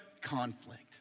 conflict